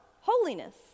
holiness